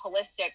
holistic